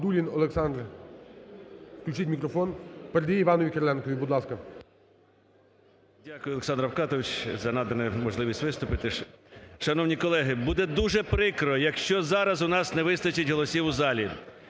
Дякую, Олександр Рафкатович, за надану можливість виступити. Шановні колеги, буде дуже прикро, якщо зараз у нас не вистачить голосів у залі.